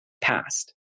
past